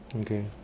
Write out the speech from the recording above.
Okay